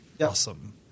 Awesome